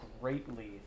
greatly